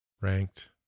ranked